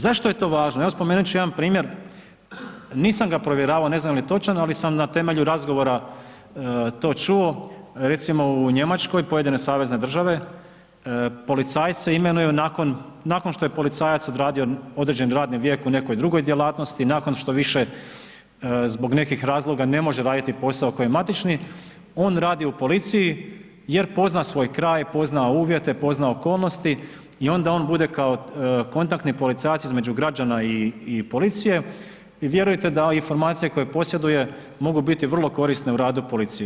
Zašto je to važno, evo spomenut ću jedan primjer, nisam ga provjeravao, ne znam je li točan, ali sam na temelju razgovora to čuo, recimo u Njemačkoj, pojedine savezne države, policajce imenuju nakon što je policajac odradio određeni radni vijek u nekoj drugoj djelatnosti, nakon što više zbog nekih razloga ne može raditi posao koji je matični, on radi u policiji jer pozna svoj kraj, pozna uvjete, pozna okolnosti i onda on bude kao kontaktni policajac između građana i policije i vjerujte da informacije koje posjeduje mogu biti vrlo korisne u radu policije.